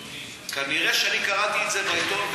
כנראה קראתי את זה בעיתון,